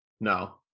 No